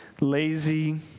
lazy